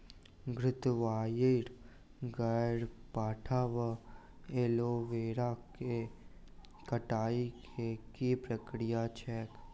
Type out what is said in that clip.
घृतक्वाइर, ग्यारपाठा वा एलोवेरा केँ कटाई केँ की प्रक्रिया छैक?